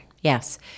Yes